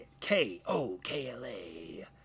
K-O-K-L-A